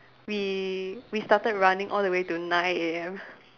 we we started running all the way to nine A_M